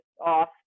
off